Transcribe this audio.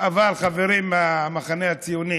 אבל חברים מהמחנה הציוני,